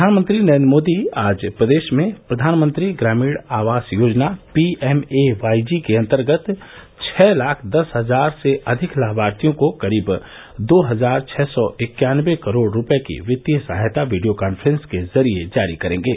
प्रधानमंत्री नरेन्द्र मोदी आज प्रदेश में प्रधानमंत्री ग्रामीण आवास योजना P M A Y G के अंतर्गत छह लाख दस हजार से अधिक लाभार्थियों को करीब दो हजार छः सौ इक्यानबे करोड़ रुपए की वित्तीय सहायता वीडियो कॉन्फ्रेंसिंग के जरिए जारी करेंगे